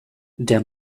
der